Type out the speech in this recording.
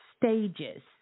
stages